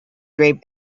grave